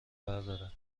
برداره